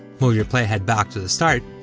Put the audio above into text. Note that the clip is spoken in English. move your playhead back to the start,